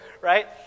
right